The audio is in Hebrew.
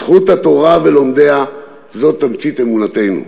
זכות התורה ולומדיה, זאת תמצית אמונתנו.